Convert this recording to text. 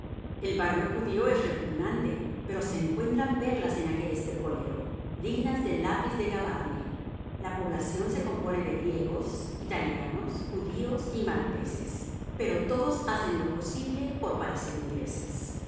el barrio judío es repugnante pero se encuentran perlas en aquel estercolero dignas del lápiz de gavarni la población se compone de griegos italianos judíos y malteses pero todos hacen lo posible por parecer ingleses